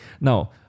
Now